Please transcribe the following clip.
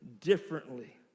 differently